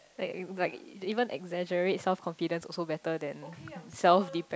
like like they even exaggerate self confidence also better than self depend